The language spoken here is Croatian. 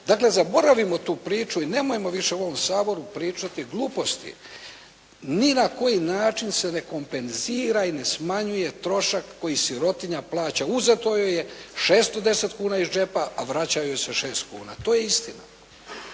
Dakle, zaboravimo tu priču i nemojmo više u ovom Saboru pričati gluposti. Ni na koji način se ne kompenzira i ne smanjuje trošak koji sirotinja plaća. Uzeto joj je 610 kuna iz džepa, a vraća joj se 6 kuna. To je istina.